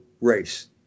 race